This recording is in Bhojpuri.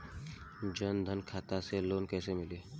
जन धन खाता से लोन कैसे मिली?